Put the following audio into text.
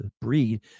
breed